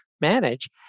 manage